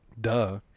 duh